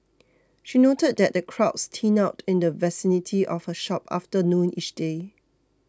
she noted that the crowds thin out in the vicinity of her shop after noon each day